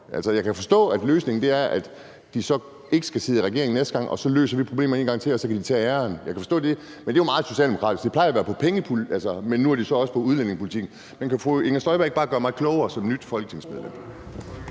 Jeg kan forstå, at løsningen er, at de ikke skal sidde i regering næste gang, og så løser vi problemet en gang til, og så kan de tage æren for det, kan jeg forstå. Det er jo meget socialdemokratisk. Det plejer at være på pengepolitikken, men nu er det så også på udlændingepolitikken. Men kan fru Inger Støjberg ikke bare gøre mig klogere som nyt folketingsmedlem?